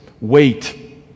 Wait